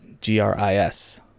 G-R-I-S